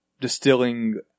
distilling